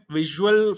visual